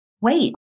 Wait